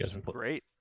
great